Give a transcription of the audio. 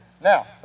now